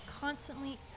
constantly